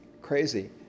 crazy